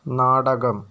നാടകം